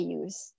use